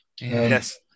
Yes